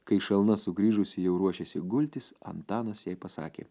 kai šalna sugrįžusi jau ruošėsi gultis antanas jai pasakė